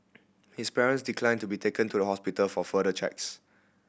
his parents declined to be taken to the hospital for further checks